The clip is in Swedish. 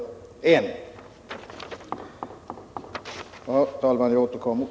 Eftersom min taletid är slut ber jag, herr talman, att få återkomma.